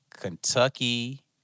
Kentucky